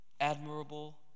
admirable